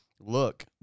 Look